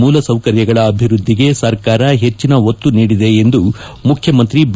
ಮೂಲ ಸೌಕರ್ಯಗಳ ಅಭಿವೃದ್ದಿಗೆ ಸರ್ಕಾರ ಹೆಚ್ಚಿನ ಒತ್ತು ನೀಡಿದೆ ಎಂದು ಮುಖ್ಜಮಂತ್ರಿ ಬಿ